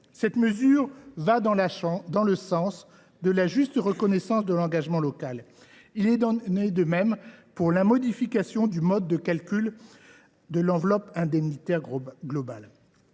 Ces mesures vont dans le sens de la juste reconnaissance de l’engagement local. Il en est de même pour la modification du mode de calcul de l’enveloppe indemnitaire globale.